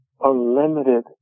unlimited